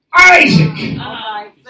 Isaac